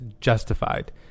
justified